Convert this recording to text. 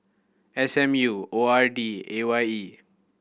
S M U O R D and A Y E